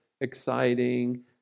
exciting